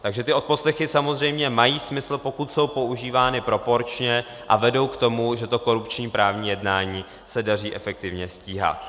Takže ty odposlechy samozřejmě mají smysl, pokud jsou používány proporčně a vedou k tomu, že to korupční právní jednání se daří efektivně stíhat.